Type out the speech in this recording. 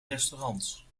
restaurants